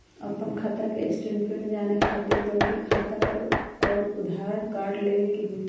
आपन खाता के स्टेटमेंट जाने खातिर तोहके खाता अऊर आधार कार्ड लबे के होइ?